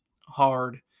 hard